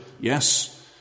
yes